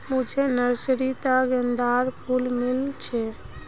मुझे नर्सरी त गेंदार फूल मिल छे